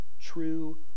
true